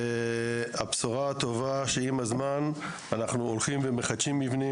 הבשורה הטובה שאם עכשיו אנחנו הולכים ומחדשים מבנים,